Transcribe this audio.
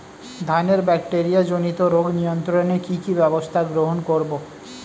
ধানের ব্যাকটেরিয়া জনিত রোগ নিয়ন্ত্রণে কি কি ব্যবস্থা গ্রহণ করব?